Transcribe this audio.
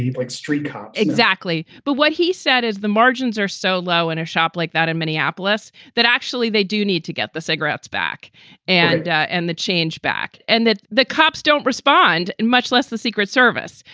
like street cop exactly. but what he said is the margins are so low in a shop like that in minneapolis that actually they do need to get the cigarettes back and and the change back and that the cops don't respond in, much less the secret service.